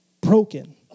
broken